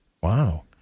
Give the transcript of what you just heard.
Wow